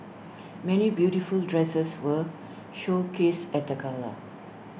many beautiful dresses were showcased at the gala